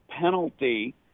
penalty